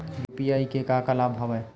UPI के का का लाभ हवय?